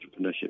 entrepreneurship